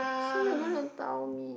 so you're gonna tell me